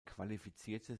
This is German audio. qualifizierte